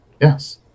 Yes